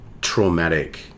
traumatic